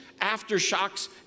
aftershocks